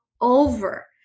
over